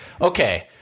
Okay